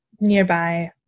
nearby